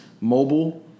mobile